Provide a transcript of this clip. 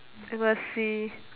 if I see